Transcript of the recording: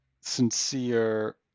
sincere